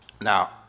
now